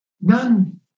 None